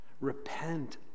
Repent